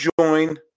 join